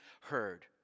heard